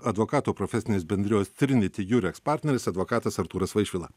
advokatų profesinės bendrijos triniti jureks partneris advokatas artūras vaišvila